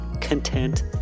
content